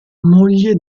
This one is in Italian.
moglie